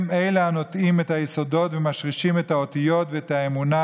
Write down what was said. הם אלה הנוטעים את היסודות ומשרישים את האותיות ואת האמונה,